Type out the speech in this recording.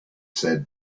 said